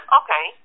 okay